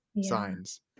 signs